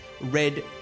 red